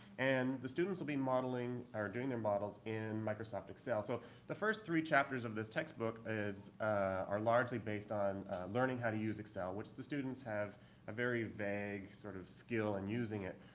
and the students will be modeling or doing their models in microsoft excel. so the first three chapters of this textbook are largely based on learning how to use excel, which the students have a very vague sort of skill in using it.